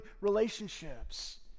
relationships